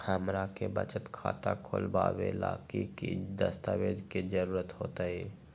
हमरा के बचत खाता खोलबाबे ला की की दस्तावेज के जरूरत होतई?